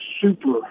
super